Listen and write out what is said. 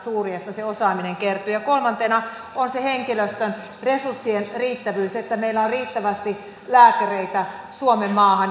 suuri että se osaaminen kertyy kolmantena on se henkilöstön resurssien riittävyys että meillä on riittävästi lääkäreitä suomenmaahan